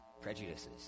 prejudices